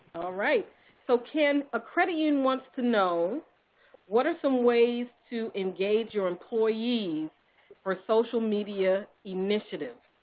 right. so ken, a credit union wants to know what are some ways to engage your employees for a social media initiative?